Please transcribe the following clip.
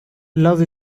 love